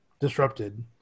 disrupted